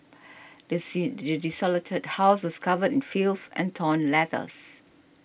this desolated house was covered in filth and torn letters